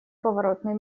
поворотный